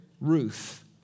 Ruth